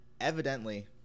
Evidently